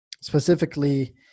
specifically